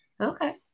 Okay